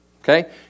okay